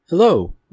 Hello